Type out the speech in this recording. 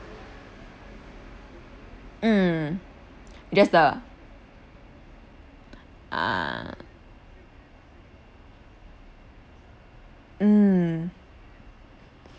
mm just the ah mm